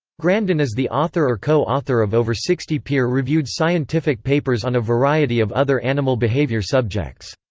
grandin is the author or co-author of over sixty peer reviewed scientific papers on a variety of other animal behavior subjects.